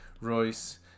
Royce